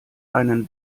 einen